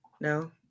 no